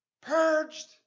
Purged